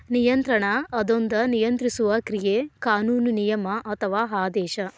ನಿಯಂತ್ರಣ ಅದೊಂದ ನಿಯಂತ್ರಿಸುವ ಕ್ರಿಯೆ ಕಾನೂನು ನಿಯಮ ಅಥವಾ ಆದೇಶ